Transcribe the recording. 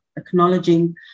acknowledging